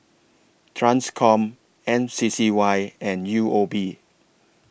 TRANSCOM M C C Y and U O B